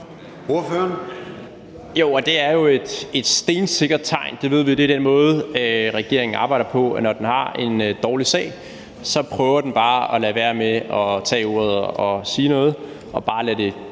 Jarlov (KF): Jo, og det er et stensikkert tegn. Vi ved jo, at det er den måde, regeringen arbejder på: at når den har en dårlig sag, prøver den bare at lade være med at tage ordet og sige noget og bare lade det